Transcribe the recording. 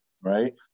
Right